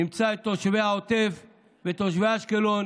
נמצא את תושבי העוטף ותושבי אשקלון